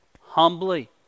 humbly